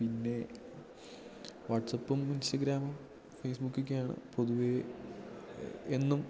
പിന്നെ വാട്സപ്പും ഇൻസ്റ്റാഗ്രാമും ഫേസ്ബുക്കൊക്കെയാണ് പൊതുവേ എന്നും